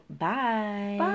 bye